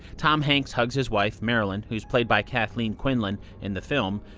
tom hanks hugs his wife, marilyn, who's played by kathleen quinlan in the film,